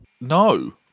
No